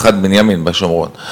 מח"ט בנימין בשומרון,